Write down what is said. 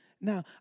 Now